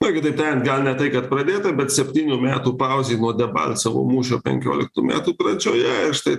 na kitaip tariant gal ne tai kad pradėtą bet septynių metų pauzė nuo debalcovo mūšio penkioliktų metų pradžioje ir štai